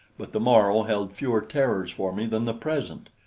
but the morrow held fewer terrors for me than the present,